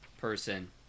person